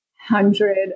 Hundred